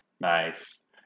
Nice